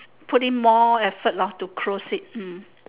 put in more effort lah to close it hmm